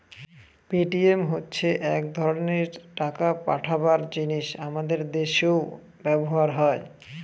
Paytm হচ্ছে এক ধরনের টাকা পাঠাবার জিনিস আমাদের দেশেও ব্যবহার হয়